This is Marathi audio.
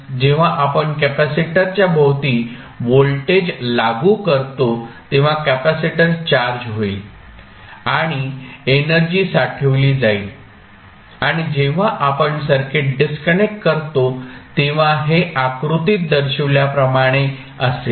म्हणूनच जेव्हा आपण कॅपेसिटरच्या भोवती व्होल्टेज लागू करतो तेव्हा कॅपेसिटर चार्ज होईल आणि एनर्जी साठविली जाईल आणि जेव्हा आपण सर्किट डिस्कनेक्ट करतो तेव्हा हे आकृतीत दर्शविल्याप्रमाणे असेल